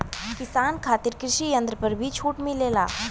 किसान खातिर कृषि यंत्र पर भी छूट मिलेला?